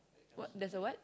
what there's a what